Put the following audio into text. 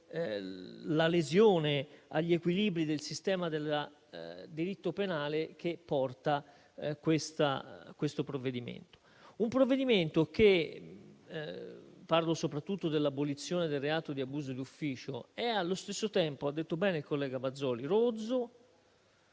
la lesione agli equilibri del sistema del diritto penale che questo provvedimento comporta; un provvedimento che, riferendomi soprattutto all'abolizione del reato di abuso di ufficio, è allo stesso tempo - come ha detto bene il collega Bazoli - rozzo,